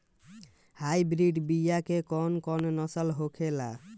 Hybrid बीया के कौन कौन नस्ल होखेला?